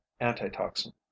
antitoxin